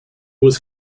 was